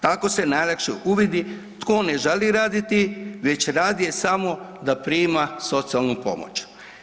Tako se najlakše uvidi tko ne želi raditi već radije samo da prima socijalnu pomoć.